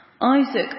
Isaac